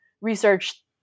research